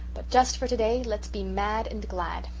but just for today let's be mad and glad.